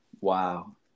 wow